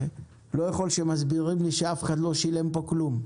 פשוט לא יכול שמסבירים לי שאף אחד לא שילם פה כלום.